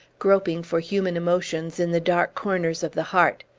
groping for human emotions in the dark corners of the heart.